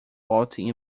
vaulting